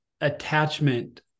attachment